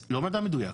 לא מדע מדויק,